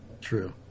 true